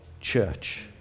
church